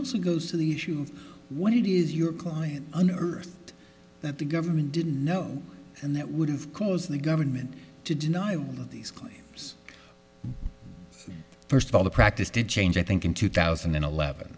also goes to the issue when it is your client under earth that the government didn't know and that would have caused the government to deny that these claims first of all the practice to change i think in two thousand and eleven